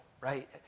right